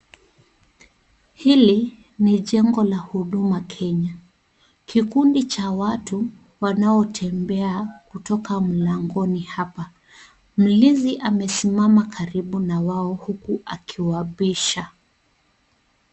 Hili ni jengo la Huduma kenya, kikundi cha watu wanaotembea kutoka mlangoni hapa. Mlinzi amesimama karibu na wao huku akiwapisha.